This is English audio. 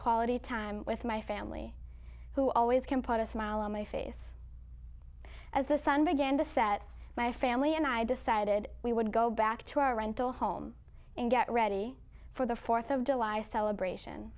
quality time with my family who always can put a smile on my face as the sun began to set my family and i decided we would go back to our rental home and get ready for the fourth of july celebration